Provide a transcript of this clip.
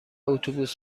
اتوبوس